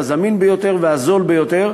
הזמין ביותר והזול ביותר,